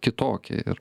kitokia ir